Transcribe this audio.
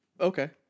Okay